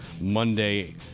Monday